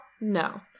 No